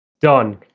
done